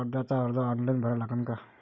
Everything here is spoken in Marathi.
कर्जाचा अर्ज ऑनलाईन भरा लागन का?